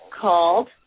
called